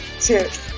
Cheers